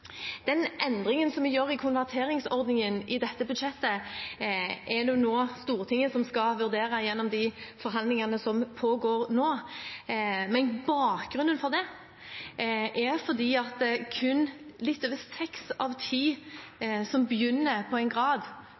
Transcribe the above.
Den endringen som vi gjør i konverteringsordningen i dette budsjettet, skal Stortinget vurdere gjennom de forhandlingene som pågår nå. Bakgrunnen er at kun litt over seks av ti som begynner på en grad,